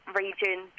region